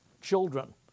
children